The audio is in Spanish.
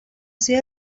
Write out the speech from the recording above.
sido